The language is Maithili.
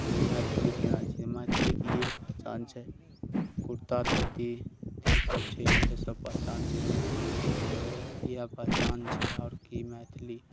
कनि मैथिलीके छै मैथिलीके इएह पहचान छै कुर्ता धोती अथीसभ छै इएहसभ पहचान छै मैथिलीके इएह पहचान छै आओर की मैथिली